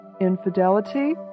infidelity